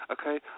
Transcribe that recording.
okay